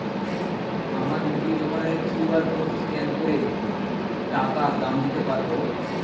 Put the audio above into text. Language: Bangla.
আমার মুদি দোকানের কিউ.আর কোড স্ক্যান করে টাকা দাম দিতে পারব?